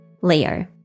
Leo